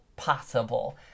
possible